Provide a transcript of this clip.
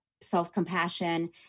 self-compassion